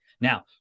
Now